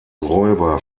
räuber